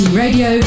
radio